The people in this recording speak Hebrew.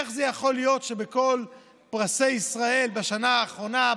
איך זה יכול להיות שבכל פרסי ישראל בשנה האחרונה,